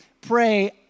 pray